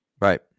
Right